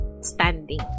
standing